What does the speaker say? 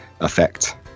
effect